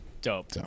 dope